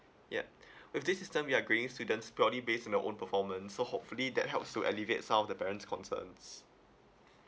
yup with this system you're grading students per only based on their own performance so hopefully that helps to elevate some of the parents' concerns